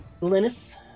Linus